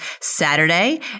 Saturday